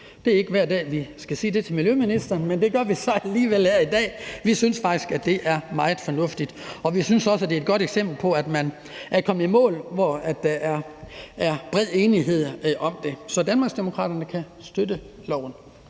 Det er ikke hver dag, vi kan sige det til miljøministeren, men det gør vi så i dag. Vi synes faktisk, at det er meget fornuftigt, og vi synes også, at det er et godt eksempel på, at man er kommet i mål på en måde, som der er bred enighed om. Så Danmarksdemokraterne kan støtte